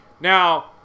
Now